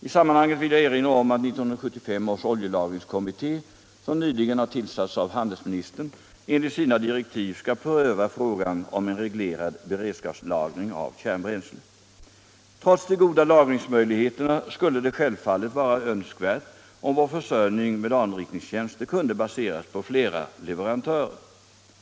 I sammanhanget vill jag erinra om att 1975 års oljelagringskommitté , som nyligen har tillsatts av handelsministern, enligt sina direktiv skall pröva frågan om en reglerad beredskapslagring av kärnbränsle. Trots de goda lagringsmöjligheterna skulle det självfallet vara önskvärt om vår försörjning med anrikningstjänster kunde baseras på flera leverantörer.